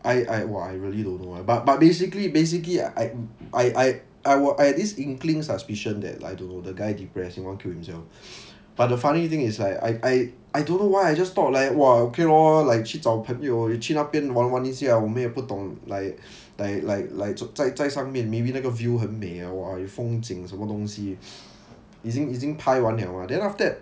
I I !wah! I really don't know but but basically basically I I I I I had this inkling suspicion that I don't know the guy depressed he want kill himself but the funny thing is I I I I don't know why I just thought like !wah! okay lor like 去找朋友去那边玩玩一下我们也不懂 like like like like 在在上面 maybe 那个 view 很美风景什么东西已经已经了 ah then after that